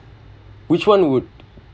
which one would